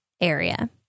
area